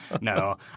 No